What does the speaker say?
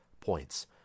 points